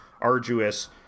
arduous